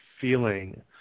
feeling